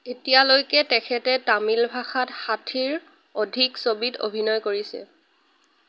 এতিয়ালৈকে তেখেতে তামিল ভাষাত ষাঠিৰ অধিক ছবিত অভিনয় কৰিছে